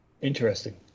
Interesting